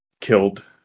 killed